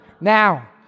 Now